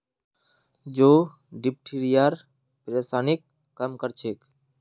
जौ डिप्थिरियार परेशानीक कम कर छेक